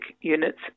units